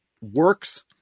works